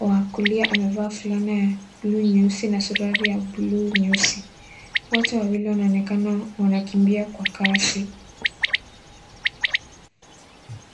wa kulia amevaa fulana ya bluu nyeusi na suruali ya bluu nyeusi. Wote wawili wanaonekana wanakimbia kwa kasi.